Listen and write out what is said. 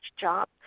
job